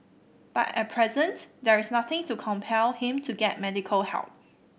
but at present there is nothing to compel him to get medical help